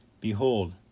Behold